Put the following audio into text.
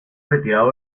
retirado